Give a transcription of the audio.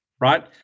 right